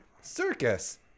Circus